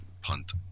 Punt